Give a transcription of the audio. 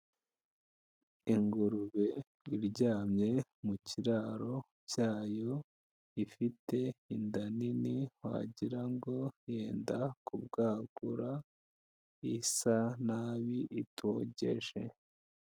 Ingurube iryamye mu kiraro cyayo, ifite inda nini wagira ngo yenda kubwagura, isa nabi itogeje.